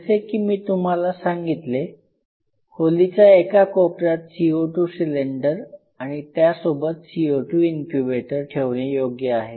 जसे की मी तुम्हाला सांगितले खोलीच्या एका कोपर्यात CO2 सिलेंडर आणि त्यासोबत CO2 इनक्यूबेटर ठेवणे योग्य आहे